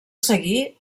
seguir